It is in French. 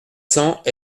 cents